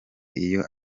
iyo